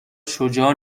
شجاع